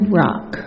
rock